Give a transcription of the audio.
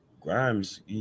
Grimes